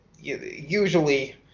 usually